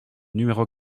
numéro